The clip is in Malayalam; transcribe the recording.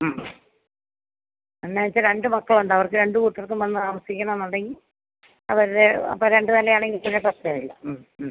മ്മ് എന്താണ് വെച്ചാൽ രണ്ട് മക്കളുണ്ട് അവർക്ക് രണ്ട് കൂട്ടർക്കും വന്ന് താമസിക്കണം എന്നുണ്ടെങ്കിൽ അവരെ അപ്പോൾ രണ്ട് നിലയാണെങ്കിൽ പിന്നെ പ്രശ്നം ഇല്ല മ്മ് മ്മ്